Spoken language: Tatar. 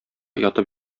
ятып